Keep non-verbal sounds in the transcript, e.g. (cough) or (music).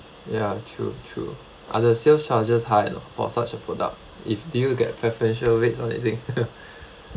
ya true true other sales charges high lah for such a product if do you get preferential rates on anything (laughs)